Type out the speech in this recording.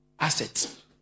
Assets